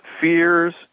Fears